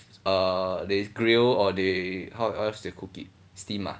uh they grill or they how else they they cook it steam ah